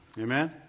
Amen